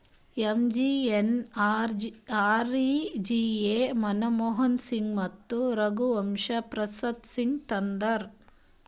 MGNREGA Manmohan Singh ಮತ್ತ ರಘುವಂಶ ಪ್ರಸಾದ್ ಸಿಂಗ್ ತಂದಾರ್